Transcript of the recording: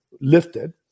lifted